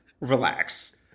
relax